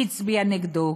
הצביעה נגדו.